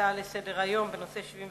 הצעה לסדר-היום בנושא 75